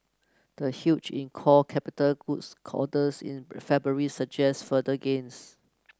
the huge in core capital goods in February suggests further gains